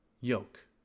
yoke